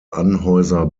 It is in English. anheuser